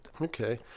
Okay